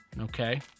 Okay